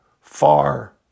far